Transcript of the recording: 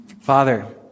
Father